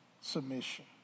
submission